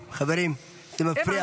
חברים, חברים, זה מפריע.